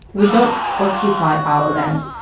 we don't occupy our land,